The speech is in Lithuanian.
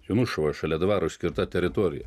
jonušava šalia dvaro išskirta teritorija